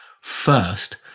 First